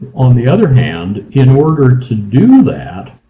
on the other hand, in order to do that,